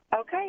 Okay